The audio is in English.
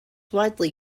widely